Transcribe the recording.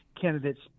candidates